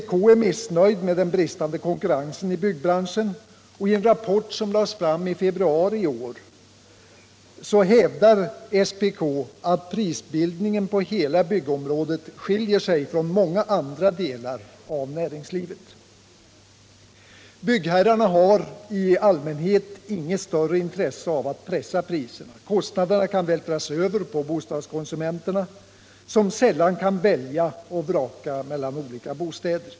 Nr 23 SPK är missnöjd med den bristande konkurrensen i byggbranschen, Onsdagen den och i en rapport som lades fram i februari i år hävdar SPK att pris 9 november 1977 bildningen på hela byggområdet skiljer sig från prisbildningen inom — många andra delar av näringslivet. Förstatligande av Byggherrarna har i allmänhet inget större intresse av att pressa priserna. = viss byggnadsmate Kostnaderna kan vältras över på bostadskonsumenterna, som sällan kan = rialindustri välja och vraka mellan olika bostäder.